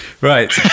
right